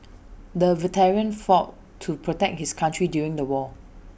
the veteran fought to protect his country during the war